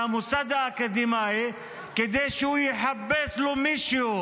מהמוסד האקדמי כדי שהוא יחפש לו מישהו